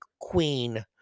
queen